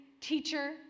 teacher